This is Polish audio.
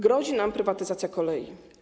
Grozi nam prywatyzacja kolei.